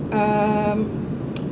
um